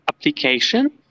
application